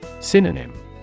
Synonym